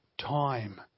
time